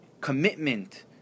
commitment